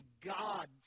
God